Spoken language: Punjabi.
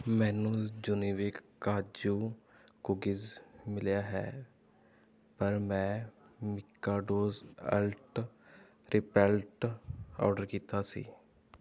ਮੈਨੂੰ ਯੂਨੀਬਿਕ ਕਾਜੂ ਕੂਕੀਜ਼ ਮਿਲਿਆ ਹੈ ਪਰ ਮੈਂ ਮੀਕਾਡੋਜ਼ ਰਿਪੈਲੈਂਟ ਆਰਡਰ ਕੀਤਾ ਸੀ